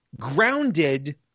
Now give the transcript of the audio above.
grounded